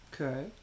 Okay